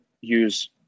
use